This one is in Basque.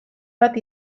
bat